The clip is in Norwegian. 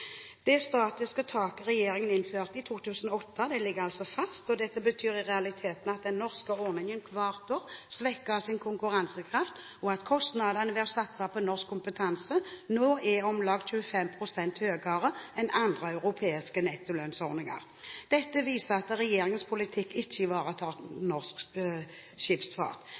statiske taket regjeringen innførte i 2008 ligger fast. Det betyr i realiteten at den norske ordningen hvert år svekker sin konkurransekraft, og at kostnadene ved å satse på norsk kompetanse nå er om lag 25 prosent høyere enn andre europeiske nettolønnsordninger.» Dette viser at regjeringens politikk ikke ivaretar norsk skipsfart.